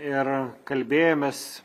ir kalbėjomės